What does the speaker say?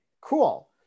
Cool